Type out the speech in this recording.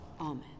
Amen